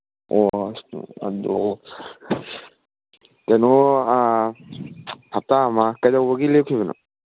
ꯑꯣ ꯑꯗꯣ ꯀꯩꯅꯣ ꯍꯞꯇꯥ ꯑꯃ ꯀꯩꯗꯧꯕꯒꯤ ꯂꯦꯞꯈꯤꯕꯅꯣ